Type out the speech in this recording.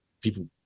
people